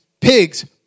pigs